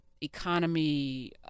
economy